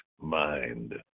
mind